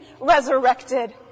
resurrected